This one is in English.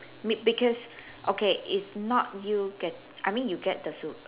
m~ because okay it's not you get I mean you get the su~